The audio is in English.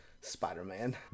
Spider-Man